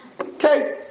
Okay